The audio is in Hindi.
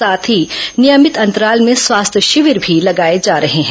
साथ ही नियमित अंतराल में स्वास्थ्य शिविर भी लगाए जा रहे हैं